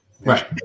right